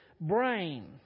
brain